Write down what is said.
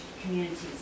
communities